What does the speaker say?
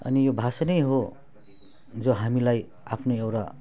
अनि यो भाषा नै हो जो हामीलाई आफ्नो एउटा